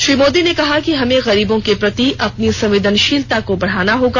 श्री मोदी ने कहा कि हमें गरीबों के प्रति अपनी सवेंदनशीलता को बढ़ाना होगा